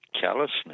callousness